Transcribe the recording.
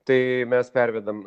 tai mes pervedam